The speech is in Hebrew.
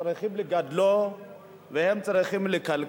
צריכים לגדלו ולכלכלו,